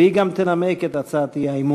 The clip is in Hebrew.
והיא גם תנמק את הצעת האי-אמון.